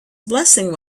blessing